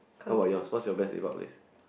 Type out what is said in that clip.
how about yours what is your best lepak place